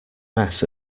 mess